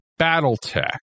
Battletech